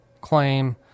claim